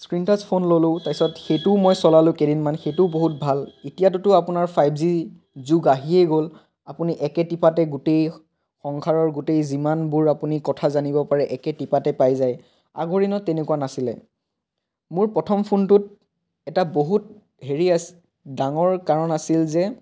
screen touch phone ল'লোঁ তাৰপিছত সেইটোও মই চলালোঁ কেইদিনমান সেইটোও বহুত ভাল এতিয়াতোতো আপোনাৰ ফাইভ জি যুগ আহিয়ে গ'ল আপুনি একেটিপাতে গোটেই সংসাৰৰ গোটেই যিমানবোৰ আপুনি কথা জানিব পাৰে একেটিপাতে পাই যায় আগৰ দিনত তেনেকুৱা নাছিলে মোৰ প্ৰথম ফোনটোত এটা বহুত হেৰি আছ ডাঙৰ কাৰণ আছিল যে